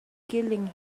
killing